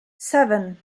seven